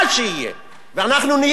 ואנחנו נהיה מוכנים לשלם